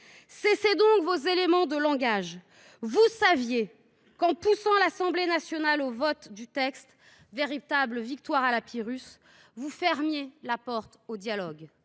Cessez donc vos éléments de langage ! Vous saviez qu’en poussant l’Assemblée nationale au vote du texte, véritable victoire à la Pyrrhus, vous fermiez la porte au dialogue.